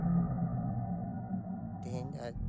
ᱛᱮᱦᱮᱧ ᱟᱡ